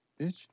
Bitch